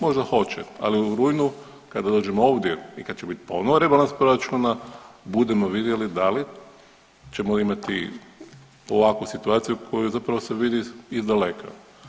Možda hoće, ali u rujnu kada dođemo ovdje i kad će biti ponovo rebalans proračuna budemo vidjeli da li ćemo imati ovakvu situaciju koju zapravo se vidi iz daleka.